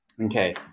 okay